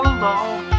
alone